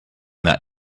that